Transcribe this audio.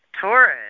Taurus